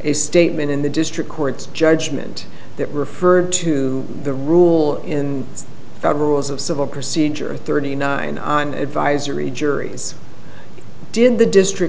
a statement in the district court's judgment that referred to the rule in the rules of civil procedure and thirty nine on advisory juries did the district